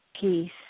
peace